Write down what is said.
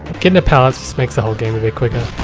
getting the pallet just makes the whole game a bit quicker. uhm,